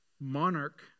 monarch